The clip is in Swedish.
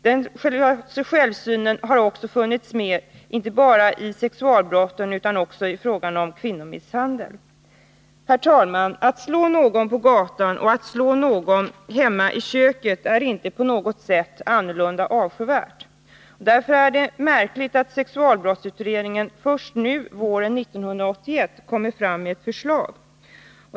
Den synen har funnits med inte bara i fråga om sexualbrotten utan också i fråga om kvinnomisshandelsbrotten. Herr talman! Det är ingen som helst skillnad mellan att slå någon på gatan eller att slå någon hemma i köket. Båda sakerna är lika avskyvärda. Därför är det märkligt att sexualbrottskommittén först nu, våren 1981, lägger fram ett förslag.